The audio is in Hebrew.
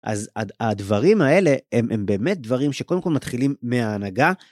אז הדברים האלה, הם באמת דברים שקודם כל מתחילים מההנהגה.